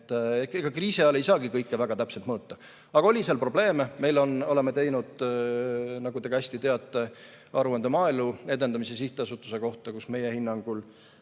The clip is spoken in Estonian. Ega kriisi ajal ei saagi kõike väga täpselt mõõta. Seal oli probleeme. Me oleme teinud, nagu te hästi teate, aruande Maaelu Edendamise Sihtasutuse kohta, kus meie hinnangul